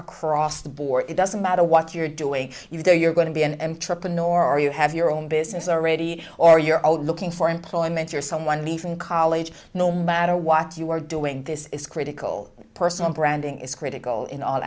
across the board it doesn't matter what you're doing you day you're going to be and trepan nor are you have your own business already or you're out looking for employment or someone me from college no matter what you are doing this is critical personal branding is critical in all